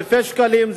אלפי שקלים.